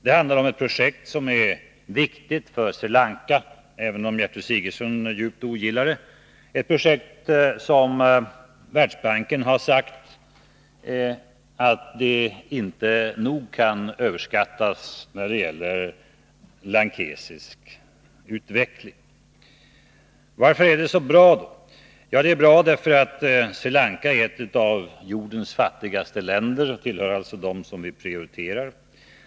Det handlar om ett projekt som är viktigt för Sri Lanka, även om Gertrud Sigurdsen djupt ogillar det — ett projekt som Världsbanken har sagt inte nog kan uppskattas när det gäller lankesisk utveckling. Det är också bra därför att Sri Lanka är ett av jordens fattigaste länder och alltså tillhör de länder som vi prioriterar.